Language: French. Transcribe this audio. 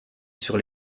sur